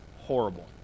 horrible